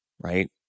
right